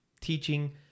teaching